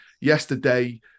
yesterday